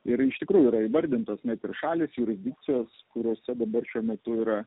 ir iš tikrųjų yra įvardintos net ie šalys jurisdikcijos kuriose dabar šiuo metu yra